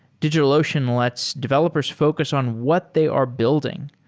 digitalocean lets developers focus on what they are building.